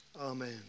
Amen